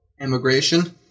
immigration